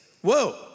Whoa